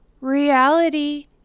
Reality